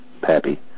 Pappy